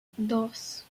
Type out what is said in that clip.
dos